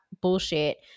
bullshit